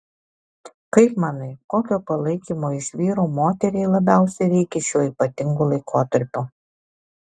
kaip manai kokio palaikymo iš vyro moteriai labiausiai reikia šiuo ypatingu laikotarpiu